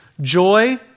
joy